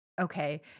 Okay